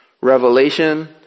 revelation